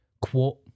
quote